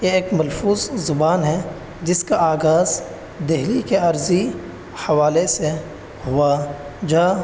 ایک ملفوظ زبان ہے جس کا آغاز دہلی کے عارضی حوالے سے ہوا جہاں